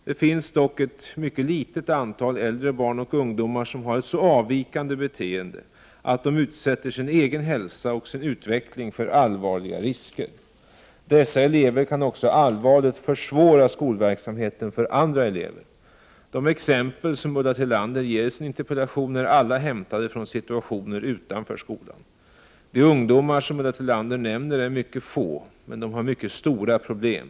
Det finns dock ett mycket litet antal äldre barn och ungdomar som har ett så avvikande beteende att de utsätter sin egen hälsa och sin utveckling för allvarliga risker. Dessa elever kan också allvarligt försvåra skolverksamheten för andra elever. De exempel som Ulla Tillander ger i sin interpellation är alla hämtade från situationer utanför skolan. De ungdomar som Ulla Tillander nämner är mycket få, men de har mycket stora problem.